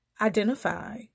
identify